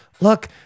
look